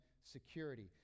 security